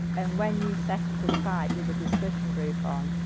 and when you set up a site with a discussion group on,